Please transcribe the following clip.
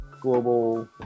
global